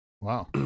Wow